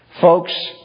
Folks